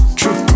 true